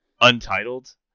Untitled